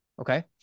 Okay